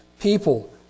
people